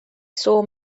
saw